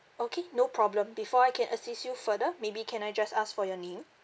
okay no problem before I can assist you further maybe can I just ask for your name